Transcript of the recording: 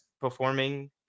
performing